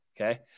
okay